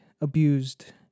abused